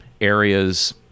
areas